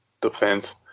defense